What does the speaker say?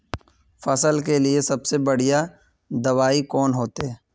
फसल के लिए सबसे बढ़िया दबाइ कौन होते?